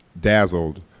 dazzled